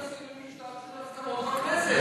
בשביל להעביר עוד חוקים פופוליסטיים?